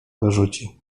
wyrzuci